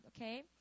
okay